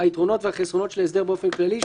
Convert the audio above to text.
היתרונות והחסרונות של ההסדר באופן כללי,